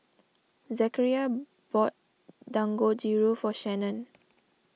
Zechariah bought Dangojiru for Shannan